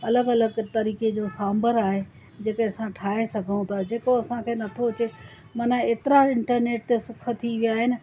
अलॻि अलॻि तरीक़े जो सांबर आहे जेके असां ठाहे सघूं था जेको असांखे नथो अचे माना हेतिरा इंटरनेट ते सुख थी विया आहिनि